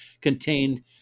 contained